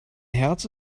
herz